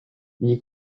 gli